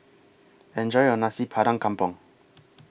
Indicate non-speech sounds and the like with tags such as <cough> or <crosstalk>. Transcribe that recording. Enjoy your Nasi <unintelligible> Kampung